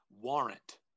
Warrant